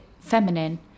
feminine